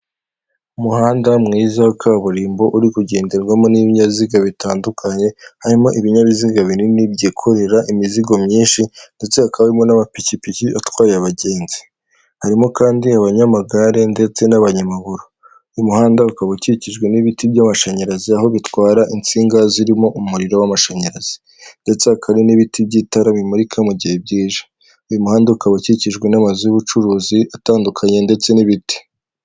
Umuhanda mwiza wa kaburimbo uri kugenderwamo n'ibinyaziga bitandukanye harimo ibinyabiziga binini byikorera imizigo myinshi ndetse hakaba harimo n'amapikipiki atwaye abagenzi, harimo kandi abanyamagare ndetse n'abanyamaguru, uyu muhanda ukaba ukikijwe n'ibiti by'amashanyarazi aho bitwara insinga zirimo umuriro w'amashanyarazi ndetse hakaba hari n'ibiti by'itara bimurika mu gihe byije, uyu muhanda ukaba ukikijwe n'amazu y'ubucuruzi atandukanye ndetse n'ibiti.